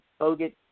Bogut